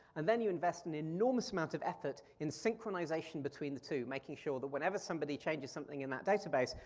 and then you invest an enormous amount of effort in synchronization between the two, making sure that whenever somebody changes something in that database,